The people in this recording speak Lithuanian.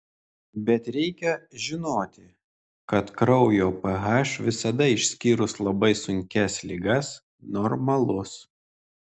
bet reikia žinoti kad kraujo ph visada išskyrus labai sunkias ligas normalus